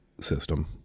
system